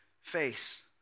face